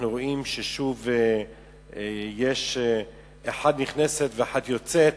אנחנו רואים אחת נכנסת ואחת יוצאת,